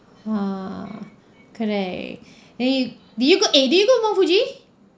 ah correct and you did you go eh did you go mount fuji